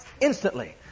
instantly